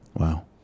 Wow